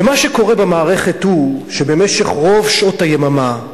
ומה שקורה במערכת הוא שבמשך רוב שעות היממה,